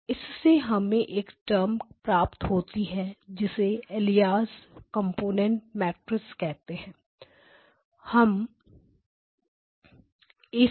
इससे हमें एक टर्म प्राप्त होती है जिसे alias component matrix Alias component matrix कहते हैं